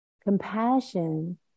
compassion